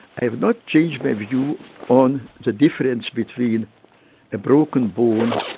i have not changed my view on the difference between a broken bone,